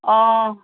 অঁ